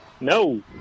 No